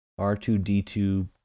R2D2